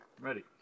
Ready